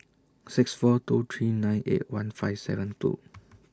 six four two three nine eight one five seven two